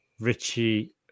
Richie